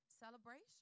celebration